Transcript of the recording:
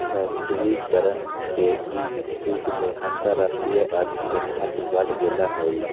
वैश्वीकरण के इ जुग में अंतरराष्ट्रीय अर्थ के महत्व बढ़ गेल हइ